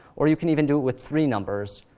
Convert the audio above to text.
or you can even do it with three numbers,